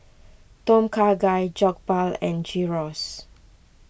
Tom Kha Gai Jokbal and Gyros